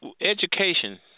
education